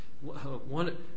One